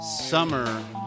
summer